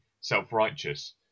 self-righteous